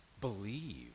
believe